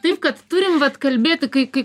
taip kad turim vat kalbėti kai kai